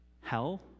hell